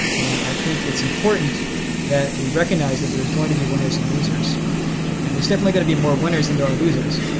and i think it's important that we recognize that there is going to be winners and losers and there's definitely going to be more winners than there are losers,